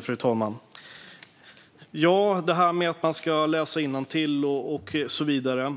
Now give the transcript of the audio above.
Fru talman! När det gäller att man ska läsa innantill och så vidare